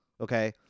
okay